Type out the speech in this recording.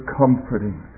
comforting